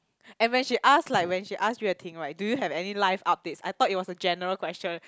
and when she ask like when she ask Yue-Ting right do you have any live updates I thought it was a general question